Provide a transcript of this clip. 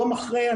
יום אחרי,